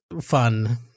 fun